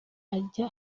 ajya